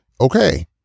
okay